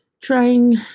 trying